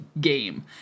game